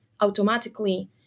automatically